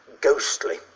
ghostly